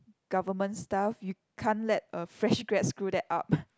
government staff you can't let a fresh grad screw that up